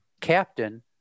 Captain